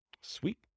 Sweet